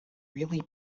really